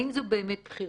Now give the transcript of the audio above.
האם זו באמת בחירה.